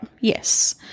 yes